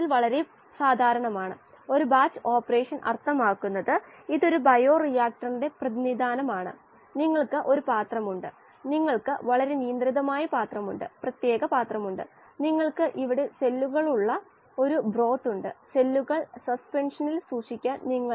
വാതകഘട്ടത്തിലെ transfer coefficient ആണ് ഇവിടെ ky ചാലകശക്തിയായ ട്രാൻസ്ഫർ കോഎഫിഷ്യന്റ് ky ആണത് ചാലകശക്തി സാന്ദ്രതയുടെ വ്യത്യാസമാണ് അല്ലെങ്കിൽ മോൾ ഫ്രാക്ഷനുകളുടെ വ്യത്യാസം ഇത് ഇന്റെർഫേസിൽ എത്തുന്ന ഓക്സിജന്റെ ഫ്ലക്സ് ആണ്